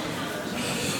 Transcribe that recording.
קיבלתי אותה.